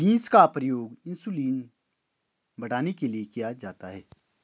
beans का प्रयोग insulin बढ़ाने के लिए किया जाता है